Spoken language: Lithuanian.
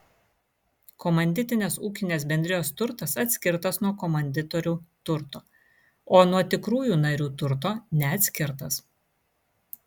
komanditinės ūkinės bendrijos turtas atskirtas nuo komanditorių turto o nuo tikrųjų narių turto neatskirtas